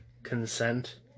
Consent